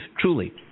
truly